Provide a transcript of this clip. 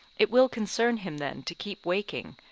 it will concern him then to keep waking,